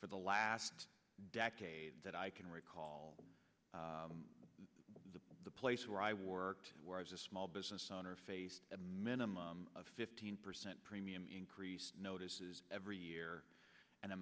for the last decade that i can recall the place where i worked where i was a small business owner faced a minimum of fifteen percent premium increase notices every year and a